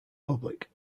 public